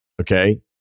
okay